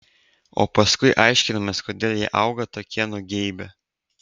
o paskui aiškinamės kodėl jie auga tokie nugeibę